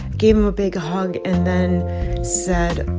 gave him a big hug and then said,